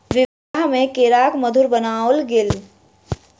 विवाह में केराक मधुर बनाओल गेल